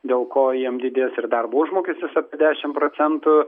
dėl ko jiem didės ir darbo užmokestis apie dešim procentų